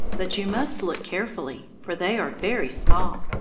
but you must look carefully, for they are very small.